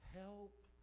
help